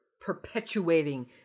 perpetuating